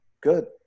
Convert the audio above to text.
good